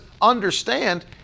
understand